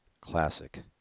classic